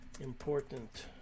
important